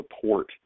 support